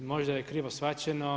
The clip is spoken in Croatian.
Možda je krivo shvaćeno.